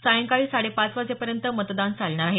सायंकाळी साडे पाच वाजेपर्यंत मतदान चालणार आहे